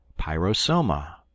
Pyrosoma